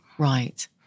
Right